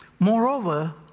Moreover